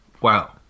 Wow